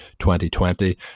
2020